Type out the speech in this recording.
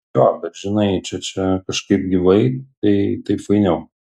jo bet žinai čia čia kažkaip gyvai tai taip fainiau